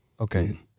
Okay